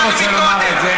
אני רוצה לומר את זה.